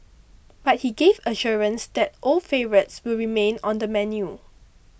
but he gave assurance that old favourites will remain on the menu